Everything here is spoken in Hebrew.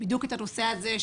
בדיוק את הנושא הזה,